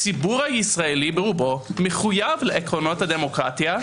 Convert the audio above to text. הציבור הישראלי ברובו מחויב לעקרונות הדמוקרטיה,